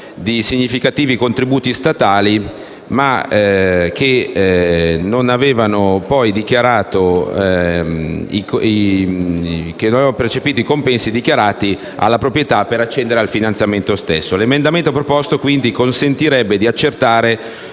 di significativi contributi statali, non avevano poi percepito i compensi dichiarati dalla proprietà per accedere al finanziamento stesso. L'emendamento 3.303 consentirebbe di accertare